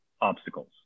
obstacles